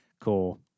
Cool